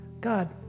God